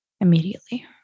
immediately